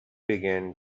began